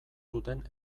zuten